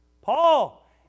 Paul